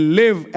live